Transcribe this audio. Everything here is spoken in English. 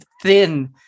thin